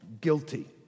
Guilty